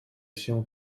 się